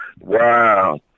Wow